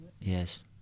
Yes